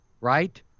right